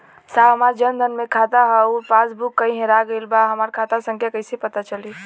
साहब हमार जन धन मे खाता ह अउर पास बुक कहीं हेरा गईल बा हमार खाता संख्या कईसे पता चली?